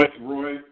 Roy